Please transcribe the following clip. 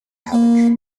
cabbage